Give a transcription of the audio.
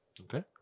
okay